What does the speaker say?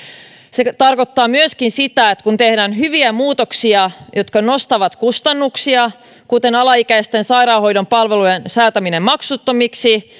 se tarkoittaa myöskin sitä että kun tehdään hyviä muutoksia jotka nostavat kustannuksia kuten alaikäisten sairaanhoidon palvelujen säätäminen maksuttomiksi